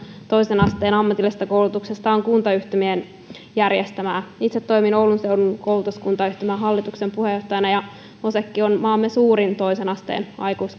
toisen asteen ammatillisesta koulutuksesta on kuntayhtymien järjestämää itse toimin oulun seudun koulutuskuntayhtymän hallituksen puheenjohtajana ja osekk on maamme suurin toisen asteen